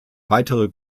weitere